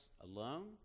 alone